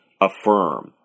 affirm